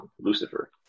Lucifer